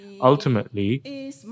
ultimately